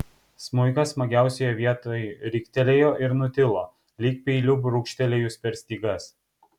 smuikas smagiausioje vietoj riktelėjo ir nutilo lyg peiliu brūkštelėjus per stygas